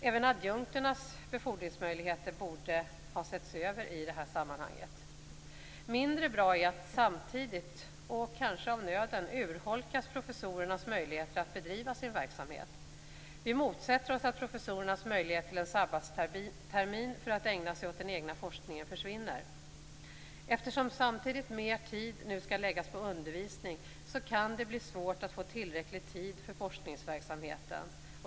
Även adjunkternas befordringsmöjligheter borde ha setts över i detta sammanhang. Mindre bra är att, samtidigt och kanske av nöden, professorernas möjlighet att bedriva sin verksamhet urholkas. Vi motsätter oss att professorernas möjlighet till en sabbatstermin för att ägna sig åt den egna forskningen försvinner. Eftersom samtidigt mer tid nu skall läggas på undervisning, kan det bli svårt att få tillräcklig tid för forskningsverksamheten.